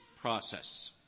process